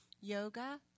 yoga